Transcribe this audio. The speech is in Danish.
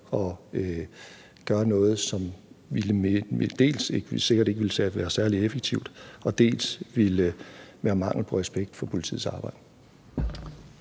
at gøre noget, som dels ikke ville være særlig effektivt og dels ville være en mangel på respekt for politiets arbejde.